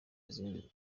izindi